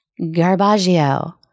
garbaggio